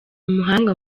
umuhanga